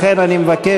לכן אני מבקש,